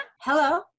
Hello